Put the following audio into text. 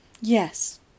Yes